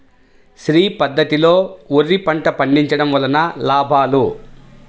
శ్రీ పద్ధతిలో వరి పంట పండించడం వలన లాభాలు?